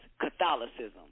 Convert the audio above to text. Catholicism